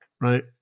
right